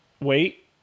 Wait